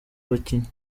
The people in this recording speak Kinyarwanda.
abakinnyi